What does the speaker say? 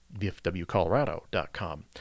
bfwcolorado.com